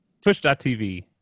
Twitch.tv